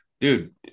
dude